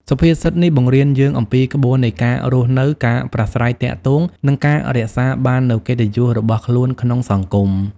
សុភាសិតនេះបង្រៀនយើងអំពីក្បួននៃការរស់នៅ ការប្រាស្រ័យទាក់ទង និងការរក្សាបាននូវកិត្តិយសរបស់ខ្លួនក្នុងសង្គម។